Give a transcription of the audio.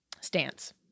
stance